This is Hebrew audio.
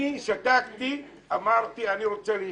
אני שתקתי, אמרתי: אני רוצה להשתכנע.